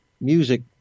music